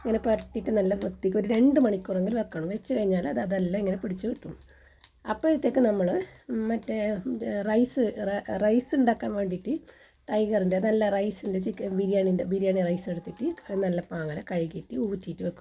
ഇങ്ങനെ പുരട്ടിയിട്ട് നല്ല വൃത്തിക്ക് ഒരു രണ്ട് മണിക്കൂറെങ്കിലും വെക്കണം വെച്ച് കഴിഞ്ഞാൽ അത് അതെല്ലാം ഇങ്ങനെ പിടിച്ച് കിട്ടും അപ്പോഴത്തേക്കും നമ്മൾ മറ്റേ റൈസ് റൈസ് ഉണ്ടാക്കാൻ വേണ്ടിയിട്ട് ടൈഗറിൻ്റെ നല്ല റൈസിൻ്റെ ചിക്കൻ ബിരിയാണിയിൻ്റെ ബിരിയാണി റൈസ് എടുത്തിട്ട് നല്ല പാവന കഴുകിയിട്ട് ഊറ്റിയിട്ട് വെക്കും